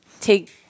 take